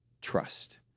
Trust